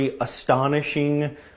astonishing